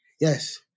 yes